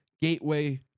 gateway